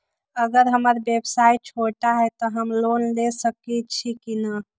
अगर हमर व्यवसाय छोटा है त हम लोन ले सकईछी की न?